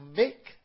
make